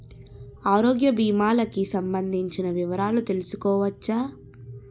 ఆరోగ్య భీమాలకి సంబందించిన వివరాలు తెలుసుకోవచ్చా?